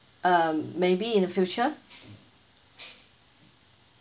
um maybe in the future